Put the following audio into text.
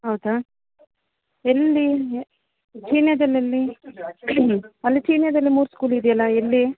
ಹೌದಾ ಎಲ್ಲಿ ಚೀನ್ಯಾದಲ್ಲಿ ಎಲ್ಲಿ ಅಲ್ಲಿ ಚೀನ್ಯಾದಲ್ಲಿ ಮೂರು ಸ್ಕೂಲ್ ಇದೆಯಲ್ಲ ಎಲ್ಲಿ